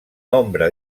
nombre